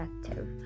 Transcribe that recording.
effective